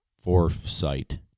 foresight